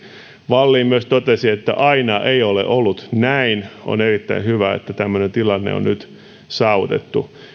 wallin totesi myös että aina ei ole ollut näin on erittäin hyvä että tämmöinen tilanne on nyt saavutettu